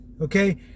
okay